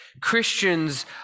christians